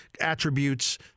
attributes